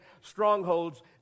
strongholds